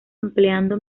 empleando